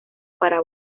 para